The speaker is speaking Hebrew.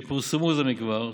שפורסמו זה מכבר,